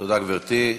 תודה, גברתי.